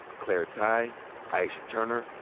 claire tighe, aisha turner,